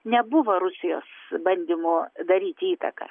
nebuvo rusijos bandymo daryti įtaką